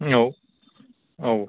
औ औ